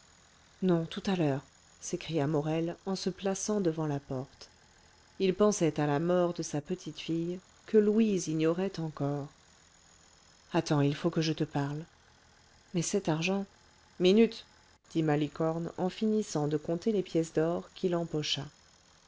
non tout à l'heure s'écria morel en se plaçant devant la porte il pensait à la mort de sa petite fille que louise ignorait encore attends il faut que je te parle mais cet argent minute dit malicorne en finissant de compter les pièces d'or qu'il